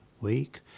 week